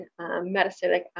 metastatic